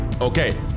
Okay